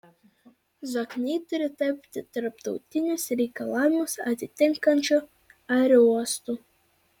zokniai turi tapti tarptautinius reikalavimus atitinkančiu aerouostu